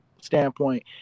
standpoint